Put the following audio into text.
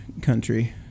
country